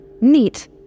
neat